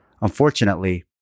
Unfortunately